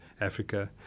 Africa